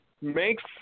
makes